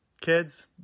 Kids